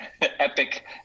epic